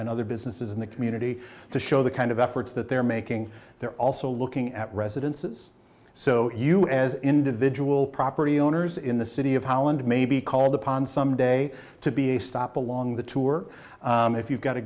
and other businesses in the community to show the kind of efforts that they're making they're also looking at residences so you as individual property owners in the city of holland may be called upon some day to be a stop along the tour if you've got a